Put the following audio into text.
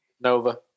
Nova